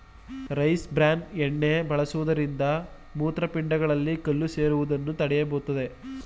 rice bran ಎಣ್ಣೆ ಬಳಸುವುದರಿಂದ ಮೂತ್ರಪಿಂಡಗಳಲ್ಲಿ ಕಲ್ಲು ಸೇರುವುದನ್ನು ತಡೆಯುತ್ತದೆ